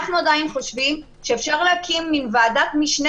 אנחנו עדיין חושבים שאפשר להקים מין ועדת משנה